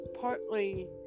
partly